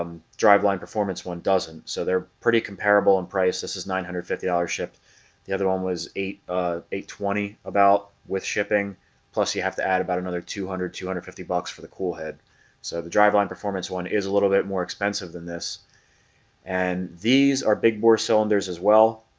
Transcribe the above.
um driveline performance one doesn't so they're pretty comparable in price. this is nine hundred and fifty dollar ship the other one was eight eight twenty about with shipping plus you have to add about another two hundred two hundred fifty bucks for the cool so the driveline performance one is a little bit more expensive than this and these are big bore cylinders as well,